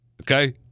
Okay